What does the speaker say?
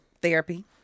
therapy